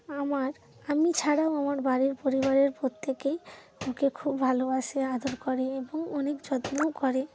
আমার আমি ছাড়াও আমার বাড়ির পরিবারের প্রত্যেকেই ওকে খুব ভালোবাসে আদর করে এবং অনেক যত্নও করে